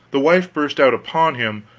the wife burst out upon him,